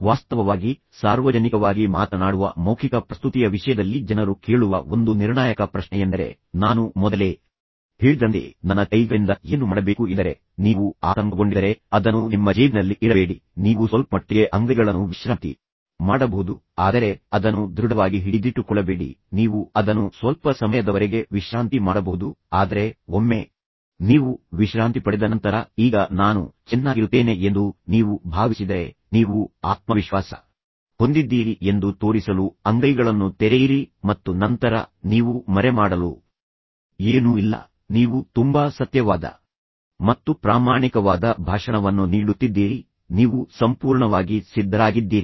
ವಾಸ್ತವವಾಗಿ ಸಾರ್ವಜನಿಕವಾಗಿ ಮಾತನಾಡುವ ಮೌಖಿಕ ಪ್ರಸ್ತುತಿಯ ವಿಷಯದಲ್ಲಿ ಜನರು ಕೇಳುವ ಒಂದು ನಿರ್ಣಾಯಕ ಪ್ರಶ್ನೆಯೆಂದರೆ ನಾನು ಮೊದಲೇ ಹೇಳಿದಂತೆ ನನ್ನ ಕೈಗಳಿಂದ ಏನು ಮಾಡಬೇಕು ಎಂದರೆ ನೀವು ಆತಂಕಗೊಂಡಿದ್ದರೆ ಅದನ್ನು ನಿಮ್ಮ ಜೇಬಿನಲ್ಲಿ ಇಡಬೇಡಿ ನೀವು ಸ್ವಲ್ಪಮಟ್ಟಿಗೆ ಅಂಗೈಗಳನ್ನು ವಿಶ್ರಾಂತಿ ಮಾಡಬಹುದು ಆದರೆ ಅದನ್ನು ದೃಢವಾಗಿ ಹಿಡಿದಿಟ್ಟುಕೊಳ್ಳಬೇಡಿ ನೀವು ಅದನ್ನು ಸ್ವಲ್ಪ ಸಮಯದವರೆಗೆ ವಿಶ್ರಾಂತಿ ಮಾಡಬಹುದು ಆದರೆ ಒಮ್ಮೆ ನೀವು ವಿಶ್ರಾಂತಿ ಪಡೆದ ನಂತರ ಈಗ ನಾನು ಚೆನ್ನಾಗಿರುತ್ತೇನೆ ಎಂದು ನೀವು ಭಾವಿಸಿದರೆ ನೀವು ಆತ್ಮವಿಶ್ವಾಸ ಹೊಂದಿದ್ದೀರಿ ಎಂದು ತೋರಿಸಲು ಅಂಗೈಗಳನ್ನು ತೆರೆಯಿರಿ ಮತ್ತು ನಂತರ ನೀವು ಮರೆಮಾಡಲು ಏನೂ ಇಲ್ಲ ನೀವು ತುಂಬಾ ಸತ್ಯವಾದ ಮತ್ತು ಪ್ರಾಮಾಣಿಕವಾದ ಭಾಷಣವನ್ನು ನೀಡುತ್ತಿದ್ದೀರಿ ನೀವು ಸಂಪೂರ್ಣವಾಗಿ ಸಿದ್ಧರಾಗಿದ್ದೀರಿ